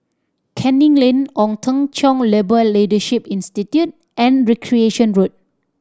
Canning Lane Ong Teng Cheong Labour Leadership Institute and Recreation Road